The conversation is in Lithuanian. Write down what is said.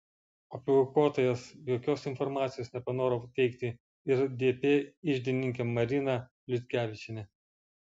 apie aukotojas jokios informacijos nepanoro teikti ir dp iždininkė marina liutkevičienė